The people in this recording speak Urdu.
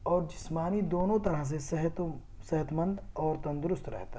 اور جسمانی دونوں طرح سے صحت و صحت مند اور تندرست رہتا ہے